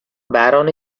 barron